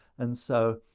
and so,